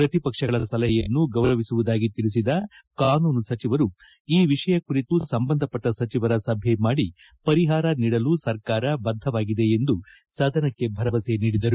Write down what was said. ಪ್ರತಿಪಕ್ಷಗಳ ಸಲಹೆಯನ್ನು ಗೌರವಿಸುವುದಾಗಿ ತಿಳಿಸಿದ ಕಾನೂನು ಸಚಿವರುಈ ವಿಷಯ ಕುರಿತು ಸಂಬಂಧಪಟ್ಟ ಸಚಿವರ ಸಭೆ ಮಾಡಿ ಪರಿಹಾರ ನೀಡಲು ಸರ್ಕಾರ ಬದ್ದವಾಗಿದೆ ಎಂದು ಸದನಕ್ಕೆ ಭರವಸೆ ನೀಡಿದರು